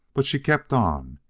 but she kept on,